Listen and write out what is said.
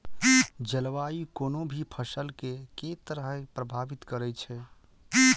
जलवायु कोनो भी फसल केँ के तरहे प्रभावित करै छै?